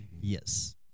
Yes